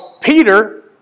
Peter